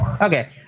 Okay